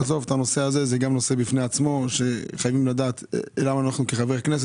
נעזוב את הנושא הזה שהוא נושא בפני עצמו כאשר אנחנו כחברי כנסת,